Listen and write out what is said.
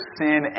sin